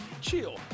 chill